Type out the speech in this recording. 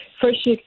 first